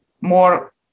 more